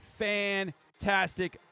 fantastic